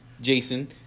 Jason